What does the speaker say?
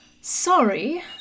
sorry